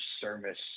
service